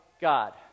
God